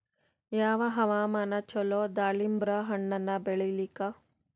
ಯಾವ ಹವಾಮಾನ ಚಲೋ ದಾಲಿಂಬರ ಹಣ್ಣನ್ನ ಬೆಳಿಲಿಕ?